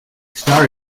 starr